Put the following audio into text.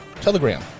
Telegram